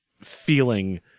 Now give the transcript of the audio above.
feeling